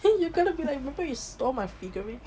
then you gonna be like remember you stole my figurine